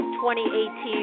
2018